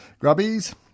grubbies